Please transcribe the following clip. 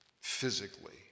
physically